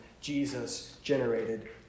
Jesus-generated